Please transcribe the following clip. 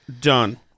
done